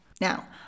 now